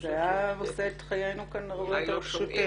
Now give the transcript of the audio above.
זה היה עושה את חיינו כאן הרבה יותר פשוטים.